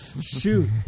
Shoot